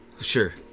Sure